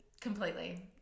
Completely